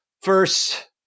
first